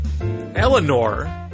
Eleanor